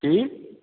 की